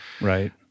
Right